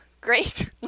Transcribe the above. great